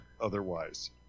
otherwise